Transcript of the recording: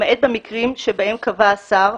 למעט במקרים שבהם קבע השר,